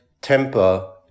temper